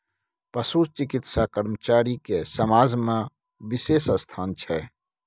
पशु चिकित्सा कर्मचारी के समाज में बिशेष स्थान छै